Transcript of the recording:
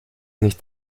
nicht